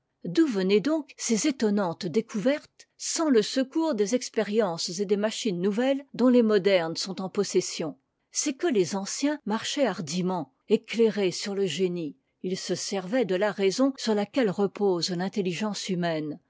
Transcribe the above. d'où venaient donc ces étonnantes découvertes sans le secours des expériences et des machines nouvelles dont les modernes sont en possession c'est que les anciens marchaient hardiment éclairés sur le génie ils se servaient de la raison sur laquelle repose l'intelligence humaine